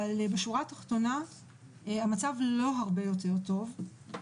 אבל בשורה התחתונה המצב לא הרבה יותר טוב,